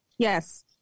Yes